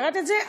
קראת את זה?